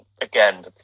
again